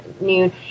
noon